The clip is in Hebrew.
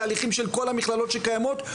תהליכים של כל המכללות שקיימות,